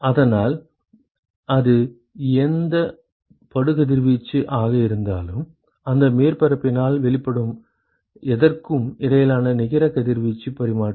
அதனால் அது எந்தச் படுகதிர்வீச்சு ஆக இருந்தாலும் அந்த மேற்பரப்பினால் வெளிப்படும் எதற்கும் இடையிலான நிகர கதிர்வீச்சு பரிமாற்றம்